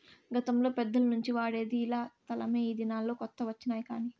గతంలో పెద్దల నుంచి వాడేది ఇలా తలమే ఈ దినాల్లో కొత్త వచ్చినాయి కానీ